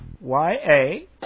Y-A